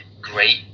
great